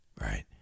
right